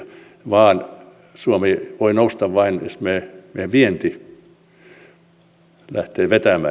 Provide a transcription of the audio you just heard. vaan suomi voi nousta vain jos meidän vientimme lähtee vetämään